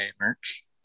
merch